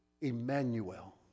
Emmanuel